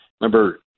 Remember